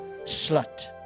Slut